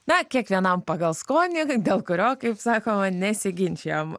na kiekvienam pagal skonį dėl kurio kaip sako nesiginčijam